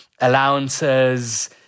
allowances